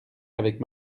avec